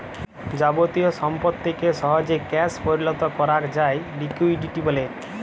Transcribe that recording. যাবতীয় সম্পত্তিকে সহজে ক্যাশ পরিলত করাক যায় লিকুইডিটি ব্যলে